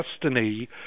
destiny